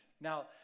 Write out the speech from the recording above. Now